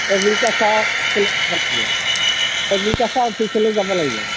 agriculture agriculture অফিচলৈ যাব লাগিব